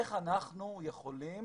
איך אנחנו יכולים